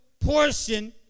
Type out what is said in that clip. portion